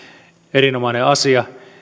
erinomainen asia